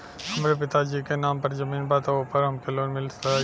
हमरे पिता जी के नाम पर जमीन बा त ओपर हमके लोन मिल जाई?